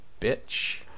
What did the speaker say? bitch